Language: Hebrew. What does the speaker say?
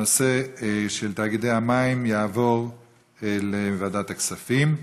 הנושא של תאגידי המים יעבור לוועדת הכספים.